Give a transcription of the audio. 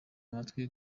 amatwi